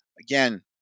again